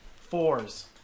fours